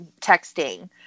texting